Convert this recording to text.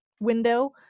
window